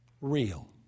real